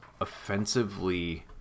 offensively